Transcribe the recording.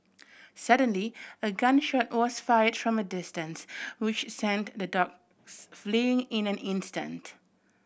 suddenly a gun shot was fired from a distance which sent the dogs fleeing in an instant